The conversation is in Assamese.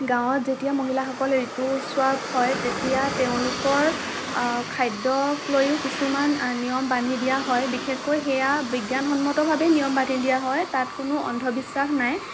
গাঁওত যেতিয়া মহিলাসকলে ঋতুস্ৰাৱ হয় তেতিয়া তেওঁলোকৰ খাদ্যকলৈও কিছুমান নিয়ম বান্ধি দিয়া হয় বিশেষকৈ সেয়া বিজ্ঞানসন্মতভাৱেই নিয়ম বান্ধি দিয়া হয় তাত কোনো অন্ধবিশ্বাস নাই